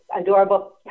adorable